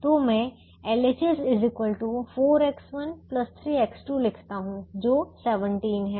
तो मैं LHS 4X1 3X2 लिखता हूं जो 17 है